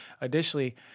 additionally